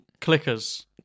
Clickers